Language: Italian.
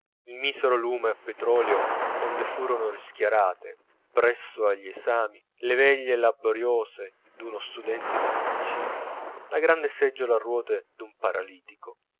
il misero lume a petrolio onde furono rischiarate presso agli esami le veglie laboriose d'uno studente di medicina la gran seggiola a ruote d'un paralitico